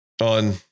on